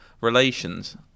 relations